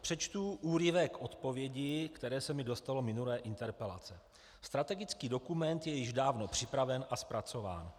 Přečtu úryvek odpovědi, které se mi dostalo při minulé interpelaci: Strategický dokument je již dávno připraven a zpracován.